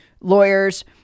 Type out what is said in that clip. lawyers